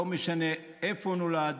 לא משנה איפה נולד